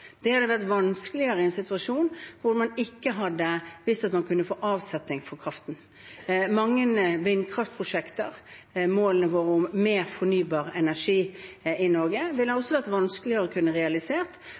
Det ville ha vært vanskeligere i en situasjon hvor man ikke hadde visst at man kunne få avsetning på kraften. Mange vindkraftprosjekter, og målene våre om mer fornybar energi i Norge, ville